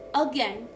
again